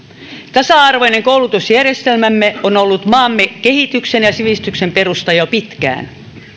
tasa arvoinen koulutusjärjestelmämme on ollut maamme kehityksen ja sivistyksen perusta jo pitkään